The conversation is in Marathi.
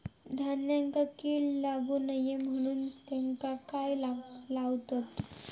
धान्यांका कीड लागू नये म्हणून त्याका काय लावतत?